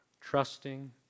Trusting